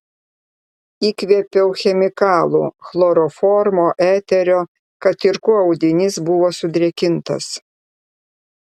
įkvėpiau chemikalų chloroformo eterio kad ir kuo audinys buvo sudrėkintas